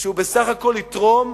שהוא בסך הכול יתרום,